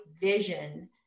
vision